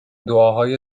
دعاهای